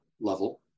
level